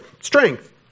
strength